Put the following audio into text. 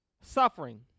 suffering